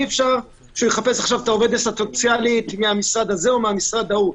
אי-אפשר שיחפש עכשיו את העובדת הסוציאלית מהמשרד הזה או ההוא.